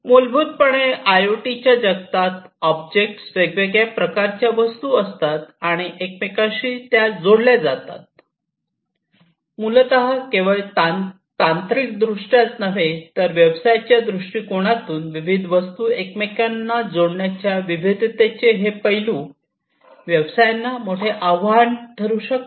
मूलभूतपणे आयओटी जगात ऑब्जेक्ट वेगवेगळ्या प्रकारच्या वस्तू असतात आणि एकमेकांशी जोडल्या जातात मूलतः केवळ तांत्रिकदृष्ट्याच नव्हे तर व्यवसायाच्या दृष्टीकोनातून विविध वस्तू एकमेकांना जोडण्याच्या विविधतेचे हे पैलू व्यवसायांना मोठे आव्हान ठरू शकतात